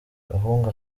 gahungu